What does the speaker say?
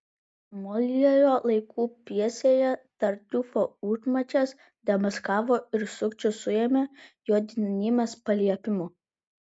moljero laikų pjesėje tartiufo užmačias demaskavo ir sukčių suėmė jo didenybės paliepimu